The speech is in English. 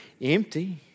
empty